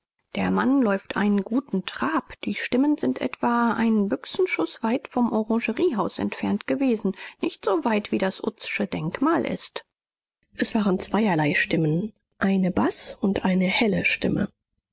der mann läuft einen guten trab die stimmen sind etwa einen büchsenschuß weit vom orangeriehaus entfernt gewesen nicht so weit wie das uzsche denkmal ist es waren zweierlei stimmen eine baß und eine helle stimme